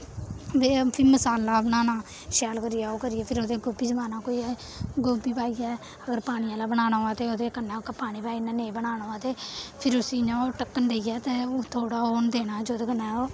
ते फिर मसाला बनाना शैल करियै ओह् करियै फिर ओह्दे गोभी च पाना कोई गोभी पाइयै अगर पानी आह्ला बनाना होऐ ते ओह्दे कन्नै पानी पाई ओड़ना नेईं बनाना होऐ ते फिर उस्सी इ'यां ओह् ढक्कन देइयै ते थोह्ड़ा होन देना जेह्दे कन्नै ओह्